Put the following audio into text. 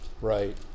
right